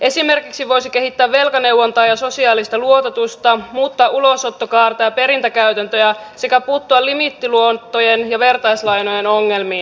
esimerkiksi voisi kehittää velkaneuvontaa ja sosiaalista luototusta muuttaa ulosottokaarta ja perintäkäytäntöjä sekä puuttua limiittiluottojen ja vertaislainojen ongelmiin